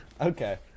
Okay